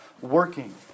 working